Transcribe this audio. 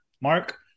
mark